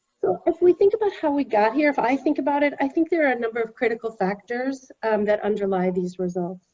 so if we think about how we got here, if i think about it, i think there are a number of critical factors that underlie these results.